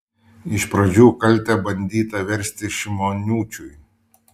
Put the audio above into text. iš pradžių kaltę bandyta versti šimoniūčiui